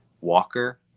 Walker